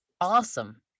awesome